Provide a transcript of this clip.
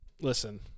listen